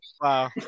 Wow